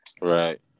Right